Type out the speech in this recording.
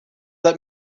let